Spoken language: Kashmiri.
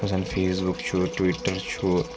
یَتھ منٛز زن فیس بُک چھُ ٹُوِٹر چھُ